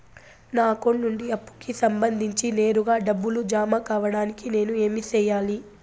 నా అకౌంట్ నుండి అప్పుకి సంబంధించి నేరుగా డబ్బులు జామ కావడానికి నేను ఏమి సెయ్యాలి?